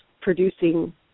producing